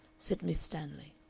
said miss stanley.